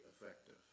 effective